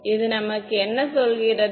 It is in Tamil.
எனவே இது நமக்கு என்ன சொல்கிறது